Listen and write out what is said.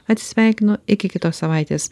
atsisveikinu iki kitos savaitės